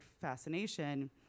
fascination